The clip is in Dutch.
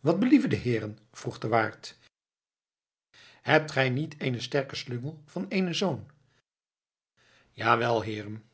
wat believen de heeren vroeg de waard hebt gij niet eenen sterken slungel van eenen zoon jawel heeren